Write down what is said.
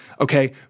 Okay